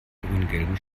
grüngelben